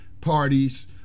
parties